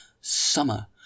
Summer